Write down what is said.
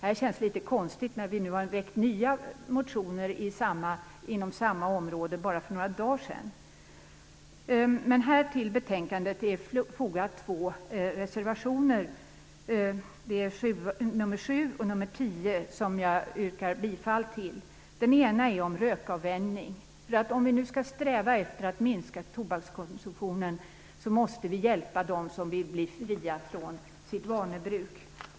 Det känns litet konstigt när vi nu har väckt nya motioner inom samma område för bara några dagar sedan. Till betänkandet är fogat två reservationer, nr 7 och nr 10. Dem yrkar jag bifall till. Den ena handlar om rökavvänjning. Om vi skall sträva efter att minska tobakskonsumtionen måste vi hjälpa dem som vill bli fria från sitt vanebruk.